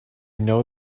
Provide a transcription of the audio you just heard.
know